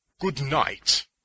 Good-night